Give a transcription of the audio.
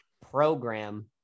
program